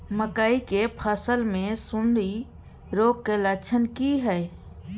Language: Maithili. मकई के फसल मे सुंडी रोग के लक्षण की हय?